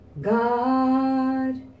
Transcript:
God